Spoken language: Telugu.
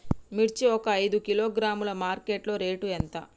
మిర్చి ఒక ఐదు కిలోగ్రాముల మార్కెట్ లో రేటు ఎంత?